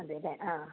അതെ അല്ലേ ആ